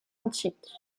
antique